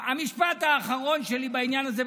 המשפט האחרון שלי בעניין הזה,